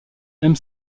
aime